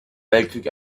weltkrieg